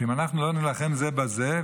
אם אנחנו לא נילחם זה בזה,